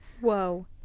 Whoa